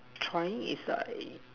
trying is like